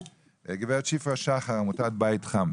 גב' שפרה שחר, עמותת בית חם.